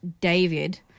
David